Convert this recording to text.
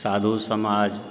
साधू समाज